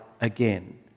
again